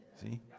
See